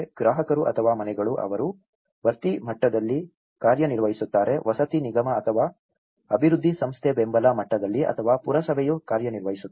ಗ್ರಾಹಕರು ಅಥವಾ ಮನೆಗಳು ಅವರು ಭರ್ತಿ ಮಟ್ಟದಲ್ಲಿ ಕಾರ್ಯನಿರ್ವಹಿಸುತ್ತಾರೆ ವಸತಿ ನಿಗಮ ಅಥವಾ ಅಭಿವೃದ್ಧಿ ಸಂಸ್ಥೆ ಬೆಂಬಲ ಮಟ್ಟದಲ್ಲಿ ಅಥವಾ ಪುರಸಭೆಯು ಕಾರ್ಯನಿರ್ವಹಿಸುತ್ತದೆ